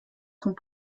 sont